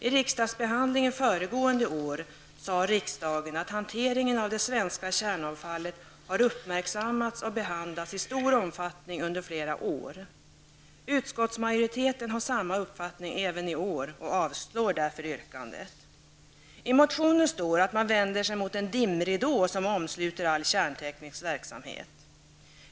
I riksdagsbehandlingen föregående år sade riksdagen att hanteringen av det svenska kärnavfallet har uppmärksammats och behandlats i stor omfattning under flera år. Utskottsmajoriteten har samma uppfattning även i år och avstyrker därför yrkandet. I motionen står att man vänder sig mot den dimridå som omsluter all kärnteknisk verksamhet.